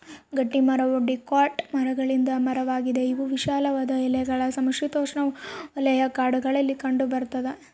ಗಟ್ಟಿಮರವು ಡಿಕಾಟ್ ಮರಗಳಿಂದ ಮರವಾಗಿದೆ ಇವು ವಿಶಾಲ ಎಲೆಗಳ ಸಮಶೀತೋಷ್ಣಉಷ್ಣವಲಯ ಕಾಡುಗಳಲ್ಲಿ ಕಂಡುಬರ್ತದ